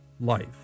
life